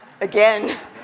again